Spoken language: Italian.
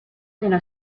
nella